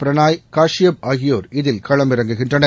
பிரணாய் கஷ்பப் ஆகியோர் இதில் களமிறங்குகின்றனர்